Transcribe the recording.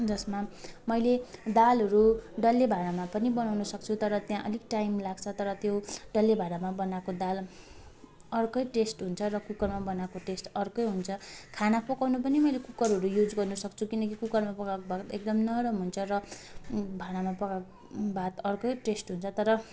जसमा मैले दालहरू डल्ले भाँडामा पनि बनाउनु सक्छु तर त्यहाँ अलिक टाइम लाग्छ तर त्यो डल्ले भाँडामा बनाएको दाल अर्कै टेस्ट हुन्छ र कुकरमा बनाएको टेस्ट अर्कै हुन्छ खाना पकाउनु पनि मैले कुकरहरू युज गर्नु सक्छु किनकि कुकरमा पकाएको भात एकदम नरम हुन्छ र भाँडामा पकाएको भात अर्कै टेस्ट हुन्छ तर